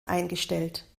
eingestellt